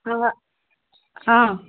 हँ हँ